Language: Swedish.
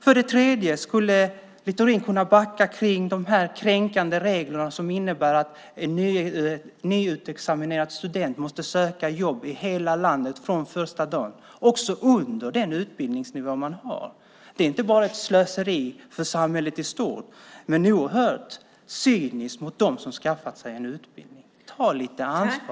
För det tredje skulle Littorin kunna backa när det gäller de kränkande regler som innebär att en nyutexaminerad student måste söka jobb i hela landet från första dagen, också jobb som kräver en lägre utbildningsnivå än den som man har. Det är inte bara ett slöseri för samhället i stort utan också oerhört cyniskt mot dem som har skaffat sig en utbildning. Ta lite ansvar!